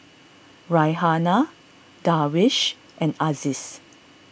Raihana Darwish and Aziz